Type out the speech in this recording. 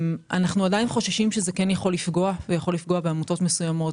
אנחנו עדיין חוששים שזה יכול לפגוע בעמותות מסוימות,